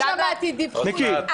לא שמעתי, דיווחו לי.